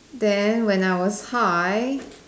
then when I was high